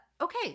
okay